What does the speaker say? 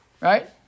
Right